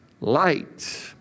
light